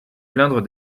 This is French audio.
plaindre